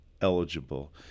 eligible